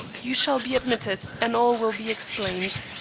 you shall be admitted and all will be explained.